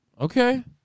Okay